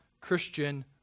Christian